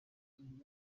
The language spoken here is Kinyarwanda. yinjiye